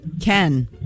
Ken